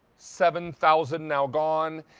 seven thousand now gone,